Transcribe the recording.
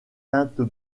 teintes